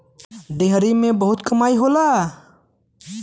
dairy में बहुत कमाई होला